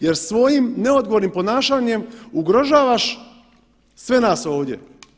Jer svojim neodgovornim ponašanjem ugrožavaš sve nas ovdje.